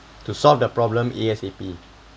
to solve the problem A_S_A_P